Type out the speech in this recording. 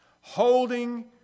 holding